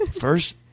First